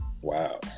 wow